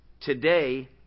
today